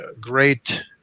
great